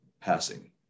passing